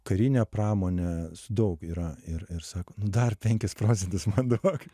karine pramone daug yra ir ir sako nu dar penkis procentus man duok